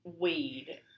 weed